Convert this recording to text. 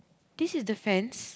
this is the fence